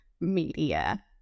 media